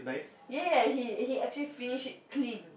ya ya he he actually finish it clean